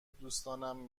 دوستانم